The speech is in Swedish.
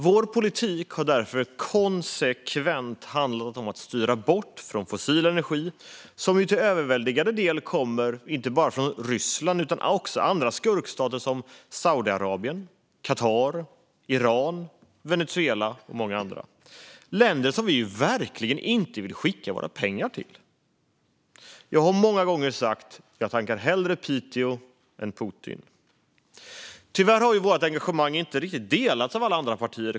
Vår politik har därför konsekvent handlat om att styra bort från fossil energi, som ju till överväldigande delen kommer inte bara från Ryssland utan också från andra skurkstater som Saudiarabien, Qatar, Iran, Venezuela och många andra länder som vi verkligen inte vill skicka våra pengar till. Jag har många gånger sagt att jag hellre tankar Piteå än Putin. Tyvärr har vårt engagemang inte konsekvent delats av andra partier.